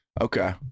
okay